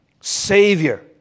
Savior